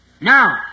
Now